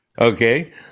Okay